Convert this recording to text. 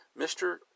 Mr